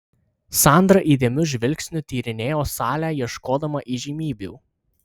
sandra įdėmiu žvilgsniu tyrinėjo salę ieškodama įžymybių